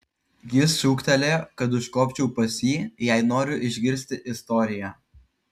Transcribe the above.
jis šūktelėjo kad užkopčiau pas jį jei noriu išgirsti istoriją